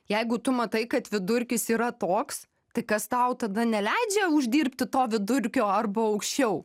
jeigu tu matai kad vidurkis yra toks tai kas tau tada neleidžia uždirbti to vidurkio arba aukščiau